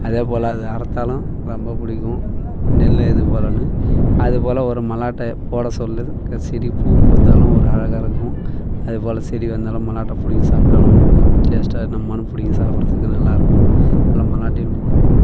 அதேபோல் அதை அறுத்தாலும் ரொம்ப பிடிக்கும் நெல் இதுபோலேன்னு அதுபோல் ஒரு மல்லாட்டையை போட சொல்லது க சிறிய பூப் பூத்தாலும் ஒரு அழகாக இருக்கும் அதுபோல் செடி வந்தாலும் மல்லாட்டை பிடுங்கி சாப்பிட்டாலும் டேஸ்ட்டாக நம்ம பாட்னு பிடுங்கி சாப்பிட்றத்துக்கு நல்லாயிருக்கும் அதில் மல்லாட்டையும் போடுவோம்